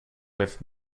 with